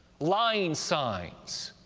lying signs,